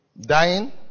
Dying